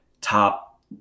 top